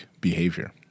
behavior